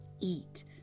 eat